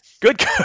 Good